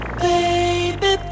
baby